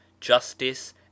justice